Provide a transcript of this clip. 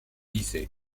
lycée